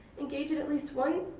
engage in at least one